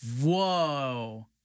Whoa